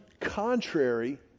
contrary